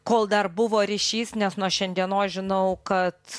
kol dar buvo ryšys nes nuo šiandienos žinau kad